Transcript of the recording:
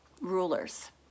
rulers